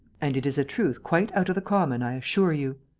and it is a truth quite out of the common, i assure you.